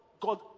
God